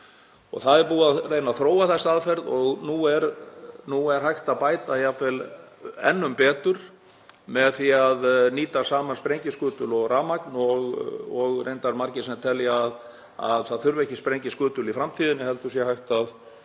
Það er búið að reyna að þróa þessa aðferð og nú er hægt að bæta jafnvel enn betur með því að nýta saman sprengiskutul og rafmagn og það eru reyndar margir sem telja að það þurfi ekki sprengiskutul í framtíðinni heldur sé hægt að